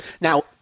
Now